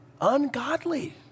Ungodly